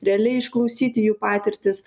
realiai išklausyti jų patirtis